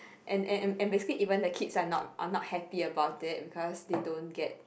and and and basically even the kids are not are not happy about it because they don't get